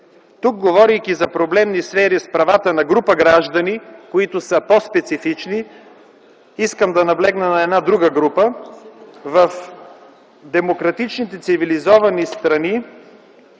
Тук, говорейки за проблемни сфери с правата на други граждани, които са по-специфични, искам да наблегна на една друга група. В демократичните цивилизовани страни